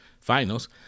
finals